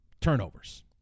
turnovers